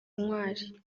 intwari